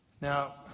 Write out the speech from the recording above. Now